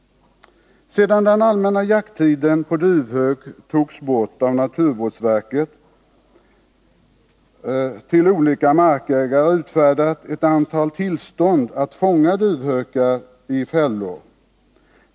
Sedan den allmänna jakttiden på duvhök togs bort har naturvårdsverket till olika markägare utfärdat ett ökande antal tillstånd att fånga duvhök i fällor.